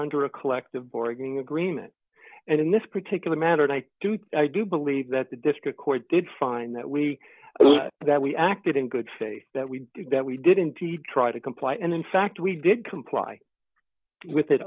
under a collective bargaining agreement and in this particular matter and i do believe that the district court did find that we that we acted in good faith that we that we did indeed try to comply and in fact we did comply with it